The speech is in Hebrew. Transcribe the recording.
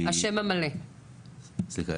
סליחה,